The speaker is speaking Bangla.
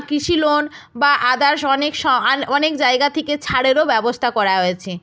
কৃষি লোন বা আদার্স অনেক স আল অনেক জায়গা থেকে ছাড়েরও ব্যবস্থা করা হয়েছে